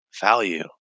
Value